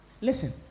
Listen